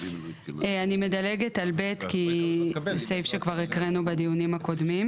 אני מדלגת על ב' כי זה סעיף שכבר הקראנו בדיונים הקודמים.